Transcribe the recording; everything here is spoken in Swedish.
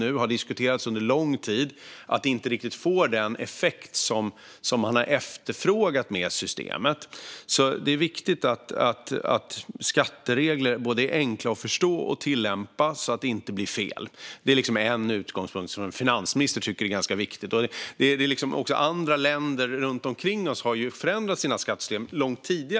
Det har diskuterats under lång tid att systemet inte får riktigt den effekt som man har efterfrågat med det. Det är viktigt att skatteregler är enkla att både förstå och tillämpa så att det inte blir fel. Det är en utgångspunkt som en finansminister tycker är viktig. Dessutom har andra länder runt omkring oss förändrat sina skattesystem långt före oss.